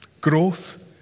growth